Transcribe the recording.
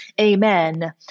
amen